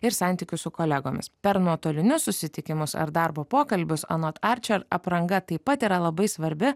ir santykius su kolegomis per nuotolinius susitikimus ar darbo pokalbius anot arčer apranga taip pat yra labai svarbi